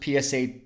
PSA